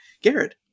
Garrett